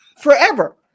forever